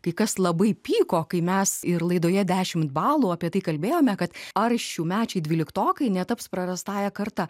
kai kas labai pyko kai mes ir laidoje dešimt balų apie tai kalbėjome kad ar šiųmečiai dvyliktokai netaps prarastąja karta